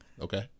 Okay